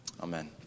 Amen